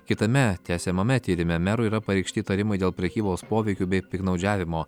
kitame tęsiamame tyrime merui yra pareikšti įtarimai dėl prekybos poveikiu bei piktnaudžiavimo